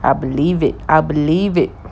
I believe it I believe it